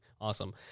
awesome